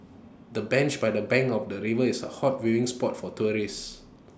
the bench by the bank of the river is A hot viewing spot for tourists